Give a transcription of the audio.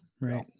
right